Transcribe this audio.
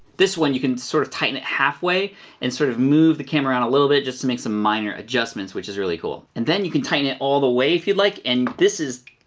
this one, you can sort of tighten it halfway and sort of move the camera around a little bit just to make some minor adjustments, which is really cool. and then you can tighten it all the way if you'd like, and this is,